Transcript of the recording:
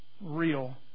real